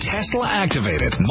Tesla-activated